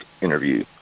interview